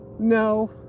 No